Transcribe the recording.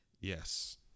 Yes